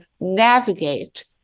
navigate